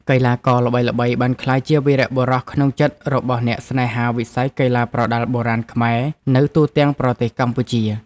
កីឡាករល្បីៗបានក្លាយជាវីរបុរសក្នុងចិត្តរបស់អ្នកស្នេហាវិស័យកីឡាប្រដាល់បុរាណខ្មែរនៅទូទាំងប្រទេសកម្ពុជា។